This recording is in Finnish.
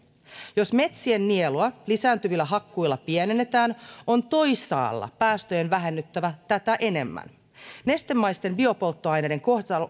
jos metsien nielua lisääntyvillä hakkuilla pienennetään on toisaalla päästöjen vähennyttävä tätä enemmän nestemäisten biopolttoaineiden